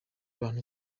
bantu